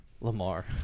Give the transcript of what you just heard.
Lamar